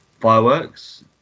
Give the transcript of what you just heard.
fireworks